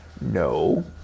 No